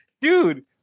dude